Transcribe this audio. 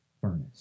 furnace